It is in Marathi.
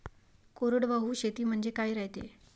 कोरडवाहू शेती म्हनजे का रायते?